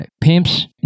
pimps